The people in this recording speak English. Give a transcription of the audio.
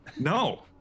No